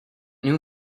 new